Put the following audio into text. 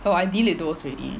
oh I delete those already